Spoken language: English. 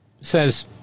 says